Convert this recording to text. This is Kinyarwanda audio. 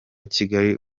kigali